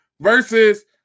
versus